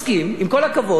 אתה חבר באופוזיציה,